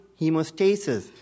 hemostasis